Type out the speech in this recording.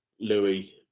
Louis